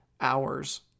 hours